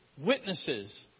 witnesses